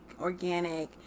organic